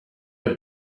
have